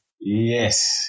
Yes